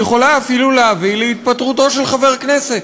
יכולות אפילו להביא להתפטרותו של חבר כנסת,